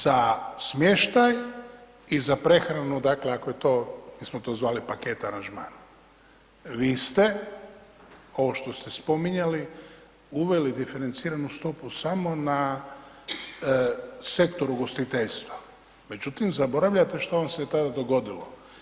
Za smještaj i za prehranu dakle ako je to, mi smo to zvali paket aranžman, vi ste ovo što ste spominjali, uveli diferenciranu stopu samo na sektor ugostiteljstva međutim zaboravljate što vam se tada dogodilo.